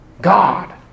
God